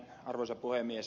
arvoisa puhemies